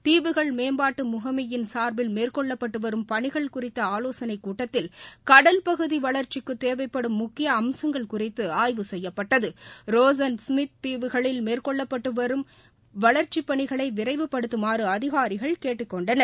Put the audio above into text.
தீவுகள் மேம்பாட்டு முகமையின் சார்பில் மேற்கொள்ளப்பட்டு வரும் பணிகள் குறித்த ஆவோசனைக் கூட்டத்தில் சடல் பகுதி வளா்சகிக்குத் தேவைப்படும் மக்கிய அம்சங்கள் குறித்து ஆய்வு செய்யப்பட்டது ராஸ் அன்ட் ஸ்மித் தீவுகளில் மேற்கொள்ளட்டட்டு வரும் வளர்ச்சிப் பணிகளை விரைவுபடுத்தமாறு அதிகாரிகள் கேட்டுக் கொண்டனர்